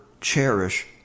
cherish